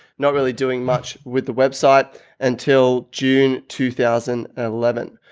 not really doing much with the website until june two thousand eleven.